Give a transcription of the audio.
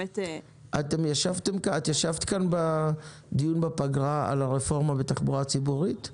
את ישבת כאן בדיון שהתקיים בפגרה על הרפורמה בתחבורה הציבורית?